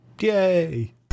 Yay